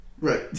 Right